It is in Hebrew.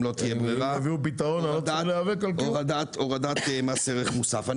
אם לא תהיה ברירה, הורדת מס ערך מוסף.